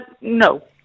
No